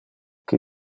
qui